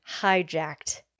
hijacked